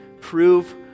prove